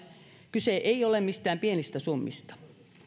kyse ei ole mistään pienistä summista